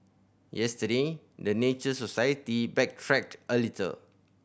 yesterday the Nature Society backtracked a little